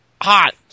hot